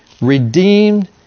redeemed